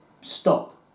stop